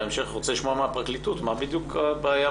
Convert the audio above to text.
בהמשך אני רוצה לשמוע מהפרקליטות מה בדיוק הלקונה